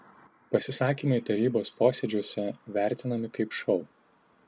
pasisakymai tarybos posėdžiuose vertinami kaip šou